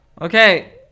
Okay